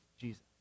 Jesus